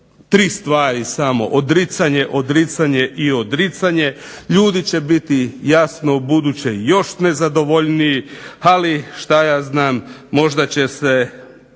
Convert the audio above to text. tri stvari samo odricanje, odricanje i odricanje. Ljudi će biti jasno ubuduće još nezadovoljniji, ali možda će se